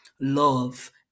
love